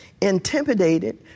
intimidated